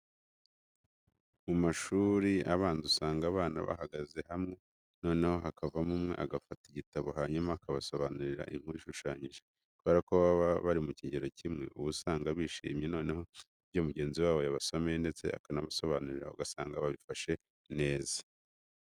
Mu mashuri abanza usanga abana bahagaze hamwe, noneho hakavamo umwe agafata igitabo hanyuma akabasobanurira inkuru ishushanyije. Kubera ko baba bari mu kigero kimwe uba usanga bishimye, noneho ibyo mugenzi wabo yabasomeye ndetse akanabasobanurira ugasanga babifashe neza.